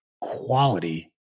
quality